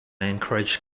encouraged